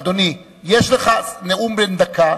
אדוני, יש לך נאום בן דקה.